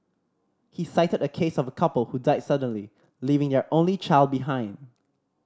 he cited a case of a couple who died suddenly leaving their only child behind